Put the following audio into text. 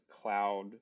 cloud